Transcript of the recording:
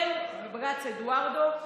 ובג"ץ אדוארדו,